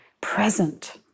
present